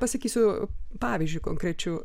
pasakysiu pavyzdžiu konkrečiu